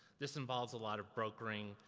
this involves a lot of brokering,